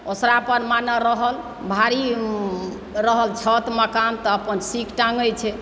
ओसारापर माने रहल भारी रहल छत मकान तऽ अपन सीक टाङ्गैत छै